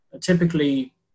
typically